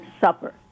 supper